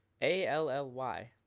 A-L-L-Y